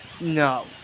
No